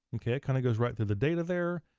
okay? it kinda goes right through the data there,